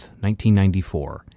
1994